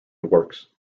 works